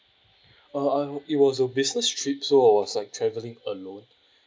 uh um it was a business trip so I was like travelling alone